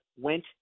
went